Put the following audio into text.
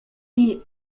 die